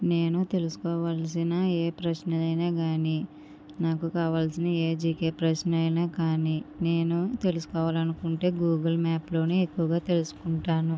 నేను తెలుసుకోవాల్సిన ఏ ప్రశ్న అయినా కానీ నాకు కావాల్సిన ఏ జీకే ప్రశ్న అయినా కానీ నేను తెలుసుకోవాలనుకుంటే గూగుల్ మ్యాప్లోనే ఎక్కువగా తెలుసుకుంటాను